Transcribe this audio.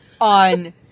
on